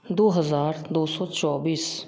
दो हज़ार दो सौ चौबीस